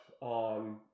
on